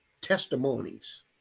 testimonies